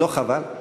לא חבל?